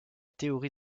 théorie